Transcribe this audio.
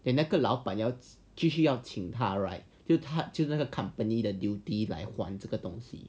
then 那个老板要继续要请他 right 就他就那个 company the duty 来管这个东西